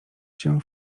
się